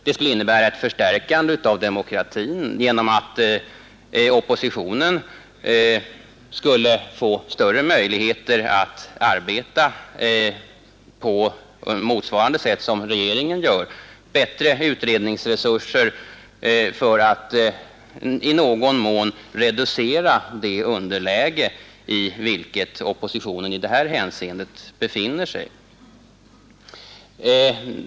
Det skulle innebära ett förstärkande av demokratin genom att oppositionen skulle få större möjligheter att arbeta på samma sätt som regeringen — med bättre utredningsmöjligheter — för att i någon mån reducera det underläge i vilket oppositionen i detta hänseende befinner sig.